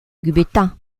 gubetta